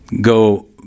go